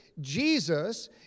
Jesus